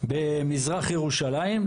במזרח ירושלים,